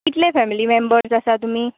कितले family members आसा तुमी